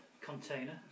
container